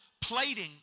plating